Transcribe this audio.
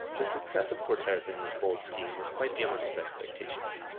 the success of cortes in this bold scheme was quite beyond his expectations.